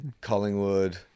Collingwood